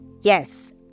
Yes